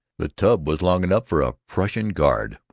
the tub was long enough for a prussian guard,